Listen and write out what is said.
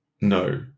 No